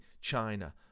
China